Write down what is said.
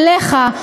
אליך,